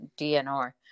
dnr